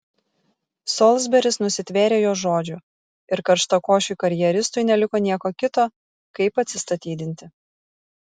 solsberis nusitvėrė jo žodžių ir karštakošiui karjeristui neliko nieko kito kaip atsistatydinti